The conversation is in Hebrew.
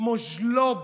כמו ז'לוב,